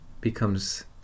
becomes